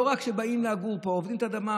לא רק שבאים לגור פה ועובדים את האדמה,